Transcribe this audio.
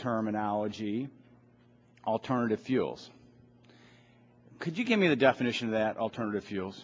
terminology alternative fuels could you give me the definition that alternative fuels